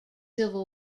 civil